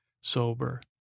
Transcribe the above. sober